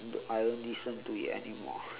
I don't listen to it anymore